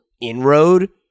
inroad